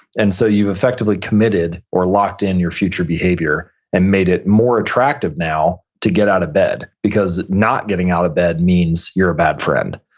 and so you effectively committed or locked in your future behavior and made it more attractive now to get out of bed because not getting out of bed means you're a bad friend.